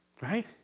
Right